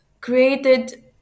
created